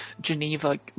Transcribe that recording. Geneva